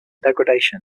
degradation